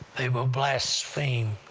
they will blaspheme